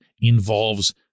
involves